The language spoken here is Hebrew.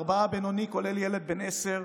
ארבעה בינוני, כולל ילד בן 10,